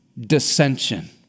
dissension